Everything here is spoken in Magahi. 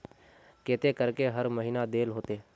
केते करके हर महीना देल होते?